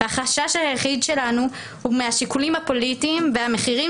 והחשש היחיד שלנו הוא מהשיקולים הפוליטיים והמחירים